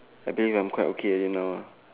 I believe I'm quite okay already now lah